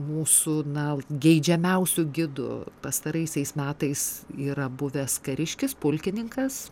mūsų nal geidžiamiausių gidų pastaraisiais metais yra buvęs kariškis pulkininkas